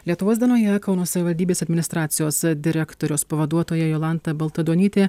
lietuvos dienoje kauno savivaldybės administracijos direktoriaus pavaduotoja jolanta baltaduonytė